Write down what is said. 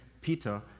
Peter